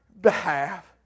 behalf